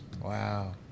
Wow